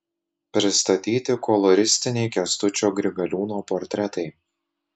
pristatyti koloristiniai kęstučio grigaliūno portretai